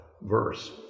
verse